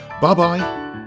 bye-bye